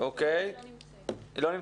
היא לא נמצאת?